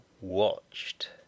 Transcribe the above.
watched